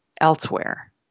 elsewhere